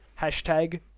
Hashtag